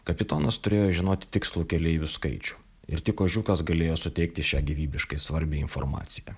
kapitonas turėjo žinoti tikslų keleivių skaičių ir tik ožiukas galėjo suteikti šią gyvybiškai svarbią informaciją